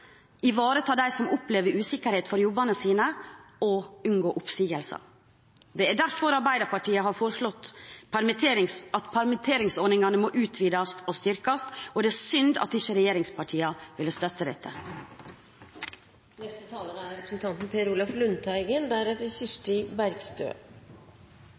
ivareta dem som opplever usikkerhet for jobbene sine, og unngå oppsigelser. Det er derfor Arbeiderpartiet har foreslått at permitteringsordningene må utvides og styrkes. Det er synd ikke regjeringspartiene vil støtte dette. Statsbudsjettet er